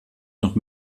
noch